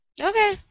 Okay